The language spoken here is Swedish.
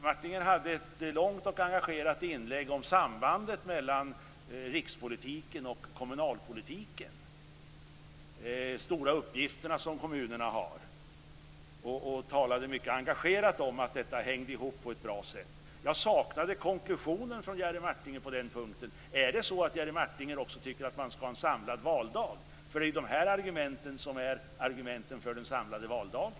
Han hade ett långt och engagerat inlägg om sambandet mellan rikspolitiken och kommunalpolitiken, de stora uppgifter som kommunerna har. Han talade mycket engagerat om att detta hängde ihop på ett bra sätt. Jag saknade konklusionen från Jerry Martinger på den punkten: Tycker Jerry Martinger också att man skall ha en samlad valdag? Det är ju de här argumenten som är argument för den samlade valdagen.